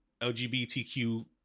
LGBTQ